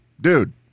dude